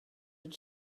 did